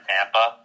Tampa